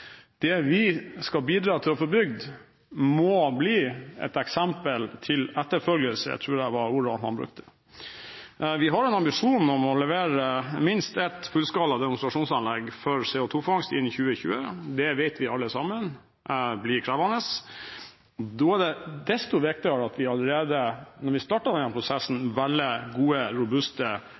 Det vi skal bidra til å få bygd, må bli et eksempel til etterfølgelse, tror jeg var ordene han brukte. Vi har en ambisjon om å levere minst ett fullskala demonstrasjonsanlegg for CO2-fangst innen 2020. Det vet vi alle sammen blir krevende. Da er det desto viktigere at vi allerede når vi starter denne prosessen, velger gode, robuste